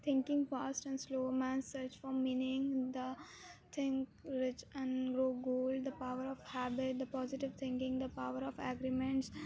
thinking fast and slow mans search for meaning the think rich and grow gold the power of habit the positive thinking the power of agreements